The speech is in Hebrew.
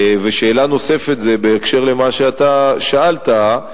שאלה נוספת זה בהקשר למה שאתה שאלת,